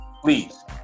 Please